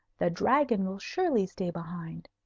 the dragon will surely stay behind.